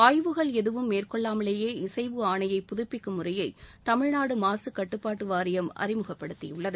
ஆய்வுகள் எதுவும் மேற்கொள்ளாமலேயே இசைவு ஆணையை புதப்பிக்கும் முறையை தமிழ்நாடு மாசு கட்டுப்பாட்டு வாரியம் அறிமுகப்படுத்தியுள்ளது